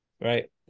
Right